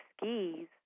skis